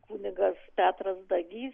kunigas petras dagys